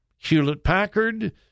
Hewlett-Packard